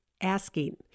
asking